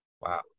Wow